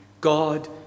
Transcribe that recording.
God